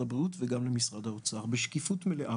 הבריאות וגם למשרד האוצר - בשקיפות מלאה,